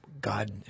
God